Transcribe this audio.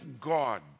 God